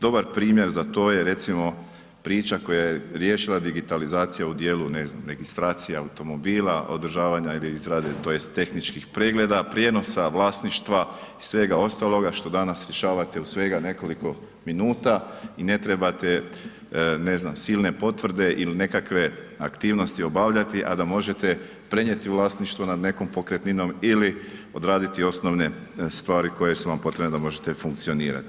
Dobar primjer za to je recimo priča koja je riješila digitalizacija u dijelu ne znam, registracije automobila, održavanja zgrade tj. tehničkih pregleda, prijenosa vlasništva i svega ostaloga što danas rješavate u svega nekoliko minuta i ne trebate ne znam silne potvrde il nekakve aktivnosti obavljati, a da možete prenijeti vlasništvo nad nekom pokretninom ili odraditi osnovne stvari koje su vam potrebne da možete funkcionirati.